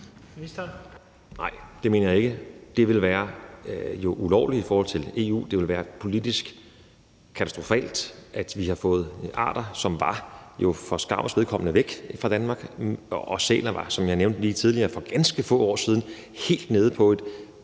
Nej, det mener jeg ikke. For det vil jo være ulovligt i forhold til EU, og det vil være politisk katastrofalt, når vi har fået arter, som for skarvens vedkommende var væk fra Danmark, tilbage, og hvor bestanden af sæler, som jeg lige nævnte tidligere, for ganske få år siden var helt nede på et